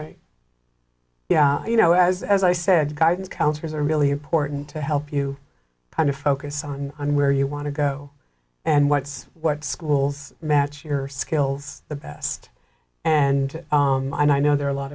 right yeah you know as as i said guidance counselors are really important to help you kind of focus on on where you want to go and what's what schools match your skills the best and i know there are a lot